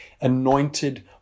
anointed